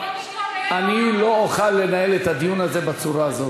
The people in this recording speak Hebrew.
אני לא אוכל לנהל את הדיון הזה בצורה הזאת.